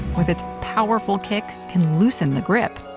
with its powerful kick, can loosen the grip.